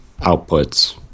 outputs